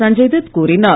சஞ்சய்தத் கூறினார்